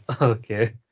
Okay